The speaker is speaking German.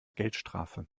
geldstrafe